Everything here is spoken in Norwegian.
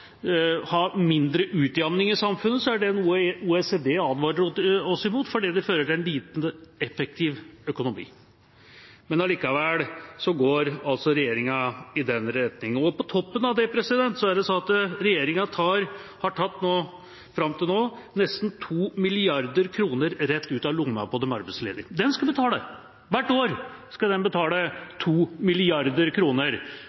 ha mindre utjamning i samfunnet, er det noe OECD advarer oss mot fordi det fører til en lite effektiv økonomi, men allikevel går altså regjeringa i den retning. På toppen av det har regjeringa fram til nå tatt nesten 2 mrd. kr rett ut av lomma på de arbeidsledige. De skal betale. Hvert år skal de betale